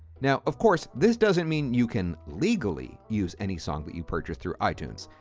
now, of course, this doesn't mean you can legally use any song that you purchase through itunes.